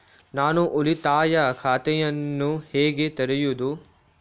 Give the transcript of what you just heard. ನಾನು ಉಳಿತಾಯ ಖಾತೆಯನ್ನು ಹೇಗೆ ತೆರೆಯುದು?